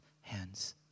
hands